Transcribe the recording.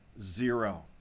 zero